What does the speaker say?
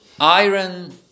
Iron